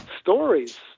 stories